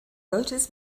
voters